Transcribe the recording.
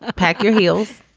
ah pack your heels.